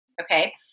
okay